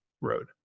road